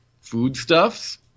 foodstuffs